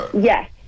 Yes